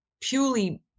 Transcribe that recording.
purely